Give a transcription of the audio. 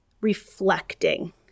reflecting